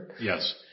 Yes